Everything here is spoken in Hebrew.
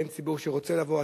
אין ציבור שרוצה לבוא,